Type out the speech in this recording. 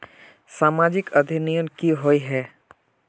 सामाजिक अधिनियम की होय है?